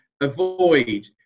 avoid